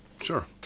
sure